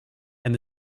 and